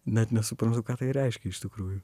net nesuprantu ką tai reiškia iš tikrųjų